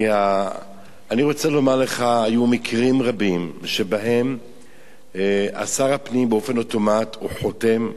אני רוצה לומר לך שהיו מקרים רבים שבהם שר הפנים באופן אוטומטי חתם.